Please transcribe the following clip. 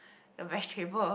the vegetable